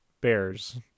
bears